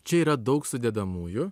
čia yra daug sudedamųjų